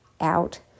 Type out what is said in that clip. out